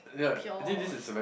pure and stuff